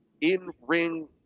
in-ring